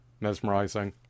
mesmerizing